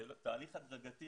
תהליך הדרגתי,